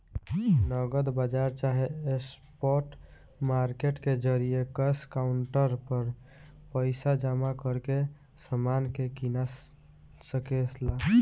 नगद बाजार चाहे स्पॉट मार्केट के जरिये कैश काउंटर पर पइसा जमा करके समान के कीना सके ला